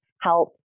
help